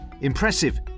Impressive